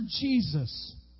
Jesus